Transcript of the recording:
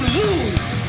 lose